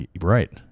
right